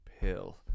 pill